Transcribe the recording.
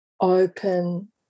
open